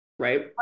right